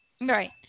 Right